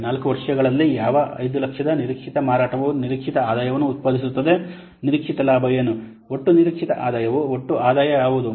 4 ವರ್ಷಗಳಲ್ಲಿ ಯಾವ 500000 ರ ನಿರೀಕ್ಷಿತ ಮಾರಾಟವು ನಿರೀಕ್ಷಿತ ಆದಾಯವನ್ನು ಉತ್ಪಾದಿಸುತ್ತದೆ ನಿರೀಕ್ಷಿತ ಲಾಭ ಏನು ಒಟ್ಟು ನಿರೀಕ್ಷಿತ ಆದಾಯವು ಒಟ್ಟು ಆದಾಯ ಯಾವುದು